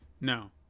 No